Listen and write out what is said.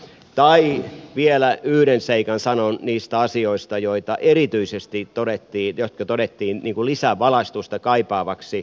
tai vielä yhden seikan sanon niistä asioista jotka erityisesti todettiin niin kuin lisävalaistusta kaipaavaksi